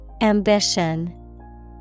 Ambition